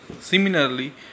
Similarly